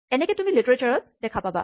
এনেকে তুমি লিটাৰেছাৰত দেখা পাবা